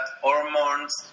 hormones